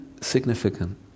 significant